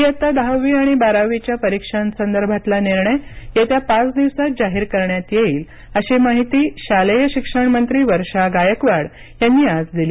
इयत्ता दहावी आणि बारावीच्या परीक्षांसंदर्भातील निर्णय येत्या पाच दिवसात जाहीर करण्यात येईल अशी माहिती शालेय शिक्षण मंत्री वर्षा गायकवाड यांनी आज दिली